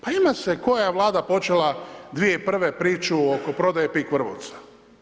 Pa ima se koja je vlada počela 2001. priču oko prodaje PIK Vrbovca.